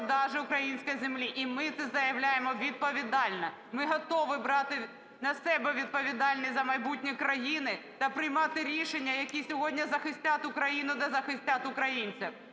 І ми це заявляємо відповідально. Ми готові брати на себе відповідальність за майбутнє країни та приймати рішення, які сьогодні захистять Україну та захистять українців.